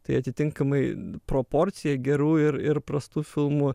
tai atitinkamai proporcija gerų ir ir prastų filmų